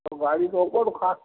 तो गाड़ी रोको तो खा